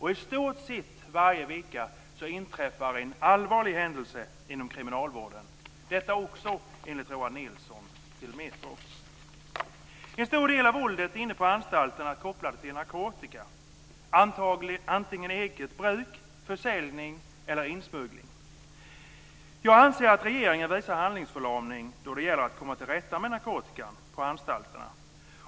I stort sett varje vecka inträffar en allvarlig händelse inom kriminalvården." Detta säger också Roal Nilssen till Metro. En stor del av våldet inne på anstalterna är kopplat till narkotika, vare sig det rör sig om eget bruk, försäljning eller insmuggling. Jag anser att regeringen visar en handlingsförlamning när det gäller att komma till rätta med narkotikan på anstalterna.